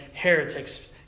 heretics